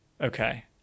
Okay